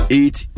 eight